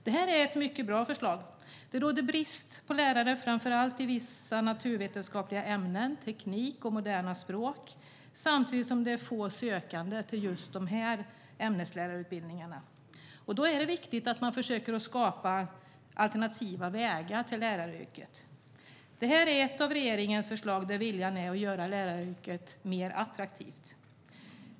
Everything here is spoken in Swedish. Det här är ett mycket bra förslag. Det råder brist på lärare framför allt i vissa naturvetenskapliga ämnen, teknik och moderna språk, samtidigt som det är få sökande till just dessa ämneslärarutbildningar. Då är det viktigt att man försöker att skapa alternativa vägar till läraryrket. Det här är ett av regeringens förslag där viljan är att göra läraryrket mer attraktivt.